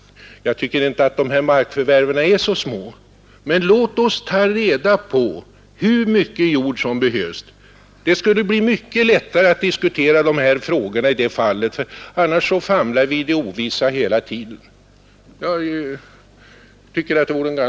Jag tycker inte att kommunernas markförvärv är så små, men låt oss verkligen ta reda på hur mycket jord som behövs! Det blir mycket lättare att diskutera de här frågorna då; annars famlar vi i det ovissa hela tiden.